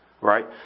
right